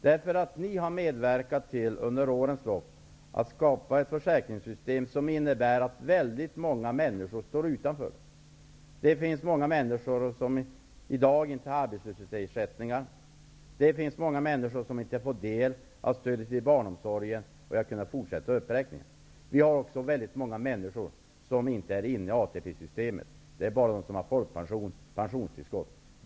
Under årens lopp har ni medverkat till att skapa ett försäkringssystem som medför att väldigt många människor står utanför. Många människor får i dag inte arbetslöshetsersättning, och många får inte heller del av stödet till barnomsorgen. Jag skulle kunna fortsätta uppräkningen. Det finns många människor som inte är inne i ATP-systemet. Det är bara de som har folkpension och pensionstillskott.